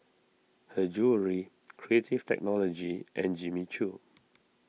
Her Jewellery Creative Technology and Jimmy Choo